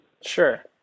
Sure